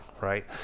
right